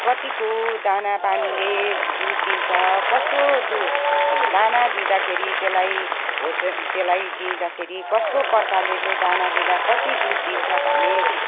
कतिको दानापानीले दुध दिन्छ कस्तो दुध दाना दिँदाखेरि त्यसलाई त्यलाई दिँदाखेरि कस्तो प्रकारले चाहिँ दाना दिँदा कति दुध दिन्छ भन्ने